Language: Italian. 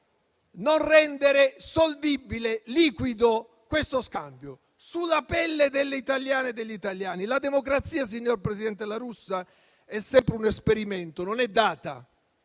non rendere solvibile, liquido questo scambio, sulla pelle delle italiane e degli italiani. La democrazia, signor presidente La Russa, è sempre un esperimento: non è data,